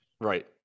Right